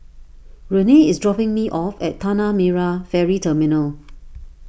Renae is dropping me off at Tanah Merah Ferry Terminal